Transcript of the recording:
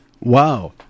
wow